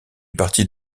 partie